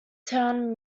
town